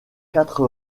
quatre